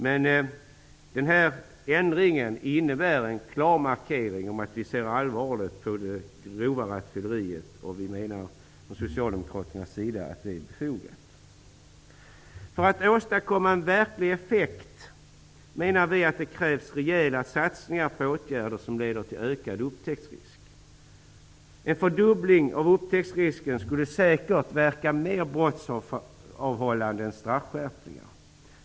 Men den här ändringen innebär en klar markering om att vi ser allvarligt på grovt rattfylleri. Vi från Socialdemokraternas sida menar att det är befogat. För att åstadkomma verklig effekt krävs rejäla satsningar på åtgärder som leder till ökad upptäcktsrisk. En fördubbling av upptäcktsrisken skulle säkert verka mer brottsavhållande än straffskärpningar.